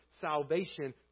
salvation